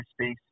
space